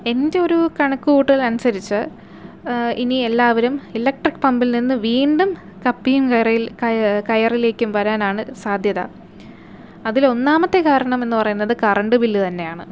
എന്റെ ഒരു കണക്കു കൂട്ടൽ അനുസരിച്ച് ഇനി എല്ലാവരും ഇലക്ട്രിക് പമ്പിൽ നിന്ന് വീണ്ടും കപ്പിയും കയർ കയറിലേക്കും വരാനാണ് സാധ്യത അതിലൊന്നാമത്തെ കാരണം എന്ന് പറയുന്നത് കറണ്ട് ബില്ല് തന്നെയാണ്